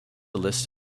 list